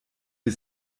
wir